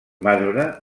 marbre